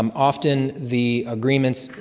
um often, the agreements,